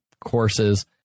courses